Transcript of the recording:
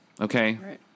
Okay